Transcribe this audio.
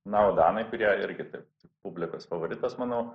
na o danai kurie irgi taip publikos favoritas manau